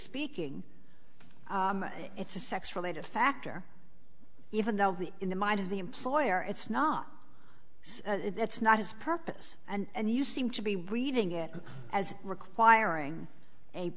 speaking it's a sex related factor even though the in the mind is the employer it's not that's not his purpose and you seem to be reading it as requiring a